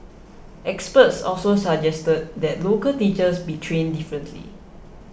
experts also suggested that local teachers be trained differently